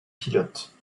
pilotes